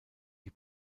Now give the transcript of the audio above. die